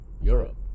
Europe